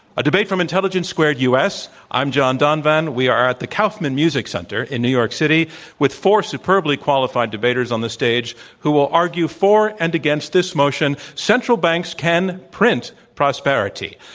a debate from intelligence squared u. s. i'm john donvan. we are at the kaufman music center in new york city with four superbly qualified debaters on the stage who will argue for and inst this motion, central banks can print prosperity.